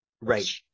right